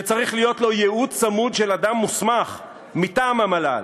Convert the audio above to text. שצריך להיות לו ייעוץ צמוד של אדם מוסמך מטעם המל"ל,